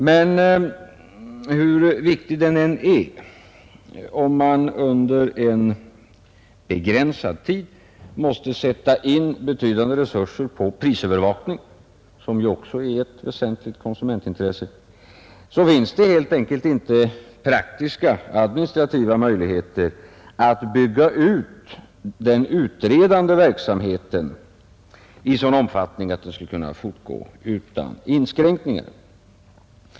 Men om man under en begränsad tid måste sätta in betydande resurser på prisövervakning, som ju också är ett väsentligt konsumentintresse, finns det helt enkelt inte praktiska administrativa möjligheter att bygga ut den utredande verksamheten i en sådan omfattning att den skulle kunna fortgå utan inskränkningar.